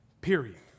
Period